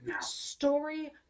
story